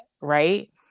Right